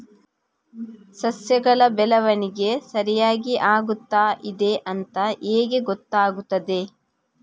ಸಸ್ಯಗಳ ಬೆಳವಣಿಗೆ ಸರಿಯಾಗಿ ಆಗುತ್ತಾ ಇದೆ ಅಂತ ಹೇಗೆ ಗೊತ್ತಾಗುತ್ತದೆ?